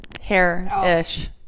Hair-ish